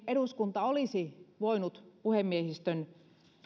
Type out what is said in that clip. eduskunta olisi voinut puhemiehistön